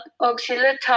auxiliary